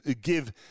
give